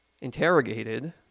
interrogated